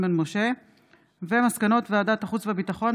מסקנות ועדת החינוך,